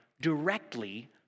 directly